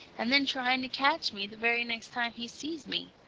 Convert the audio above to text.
and then trying to catch me the very next time he sees me.